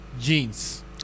jeans